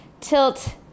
tilt